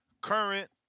current